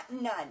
None